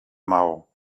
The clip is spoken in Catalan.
maó